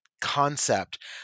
concept